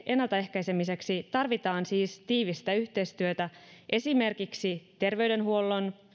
ennalta ehkäisemiseksi tarvitaan siis tiivistä yhteistyötä esimerkiksi terveydenhuollon